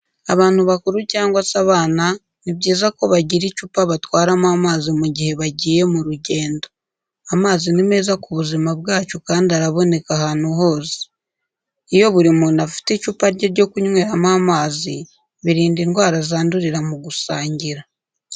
Abantu bakuru cyangwa se abana ni byiza ko bagira icupa batwaramo amazi mu gihe bagiye mu rugendo. Amazi ni meza ku buzima bwacu kandi araboneka ahantu hose. Iyo buri muntu afite icupa rye ryo kunyweramo amazi birinda indwara zandurira mu gusangira.